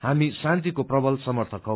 हामी शान्तिको प्रवल समर्थक हो